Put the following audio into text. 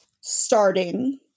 starting